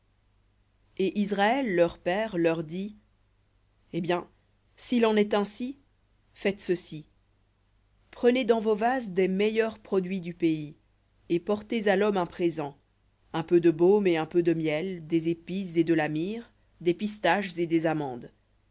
et israël leur père leur dit eh bien s'il en est ainsi faites ceci prenez dans vos vases des meilleurs produits du pays et portez à l'homme un présent un peu de baume et un peu de miel des épices et de la myrrhe des pistaches et des amandes